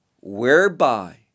whereby